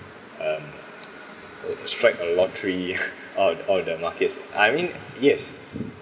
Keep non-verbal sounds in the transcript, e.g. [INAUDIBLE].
um [NOISE] would strike a lottery [LAUGHS] out out the markets I mean yes